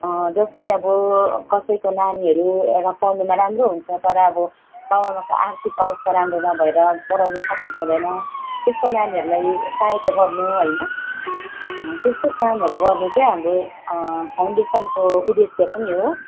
जस्तै अब कसैको नानीहरू पढ्नुमा राम्रो हुन्छ तर अब बाउ आमाको आर्थिक अवस्था राम्रो नभएर पढाउनु सकेको हुँदैन त्यस्तो नानीहरूलाई सहायता गर्नु होइन त्यस्तो कामहरू गर्नु चाहिँ हाम्रो फाउन्डेसनको उद्देश्य पनि हो